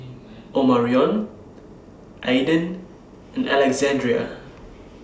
Omarion Aedan and Alexandria